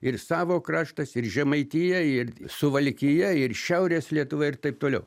ir savo kraštas ir žemaitija ir suvalkija ir šiaurės lietuva ir taip toliau